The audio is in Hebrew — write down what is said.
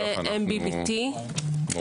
ברשותך.